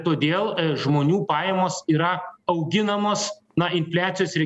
todėl žmonių pajamos yra auginamos na infliacijos ir